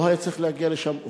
הוא לא היה צריך להגיע לשם,